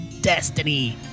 destiny